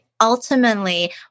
Ultimately